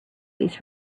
these